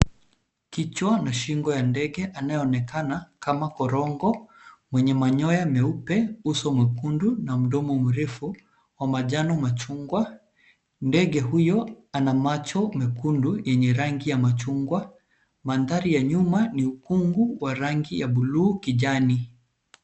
Kichwa na shingo ya ndege anayeonekana kama korongo mwenye manyoya meupe, uso mwekundu na mdomo mrefu wa manjano machungwa .Ndege huyo ana macho mekundu, yenye rangi ya machungwa .Mandhari ya nyuma ni ukungu wa rangi ya buluu kijani.